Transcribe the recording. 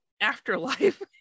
afterlife